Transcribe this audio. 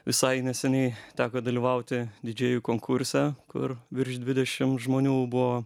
visai neseniai teko dalyvauti didžėjų konkurse kur virš dvidešim žmonių buvo